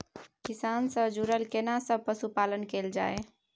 किसान से जुरल केना सब पशुपालन कैल जाय?